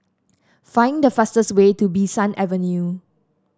find the fastest way to Bee San Avenue